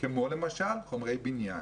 כמו למשל חומרי בניין.